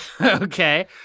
Okay